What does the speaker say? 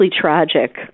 tragic